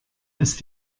ist